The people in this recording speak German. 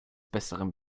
besseren